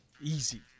Easy